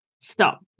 Stop